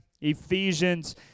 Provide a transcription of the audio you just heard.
Ephesians